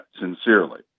sincerely